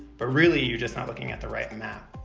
but really you just not looking at the right and map.